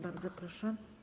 Bardzo proszę.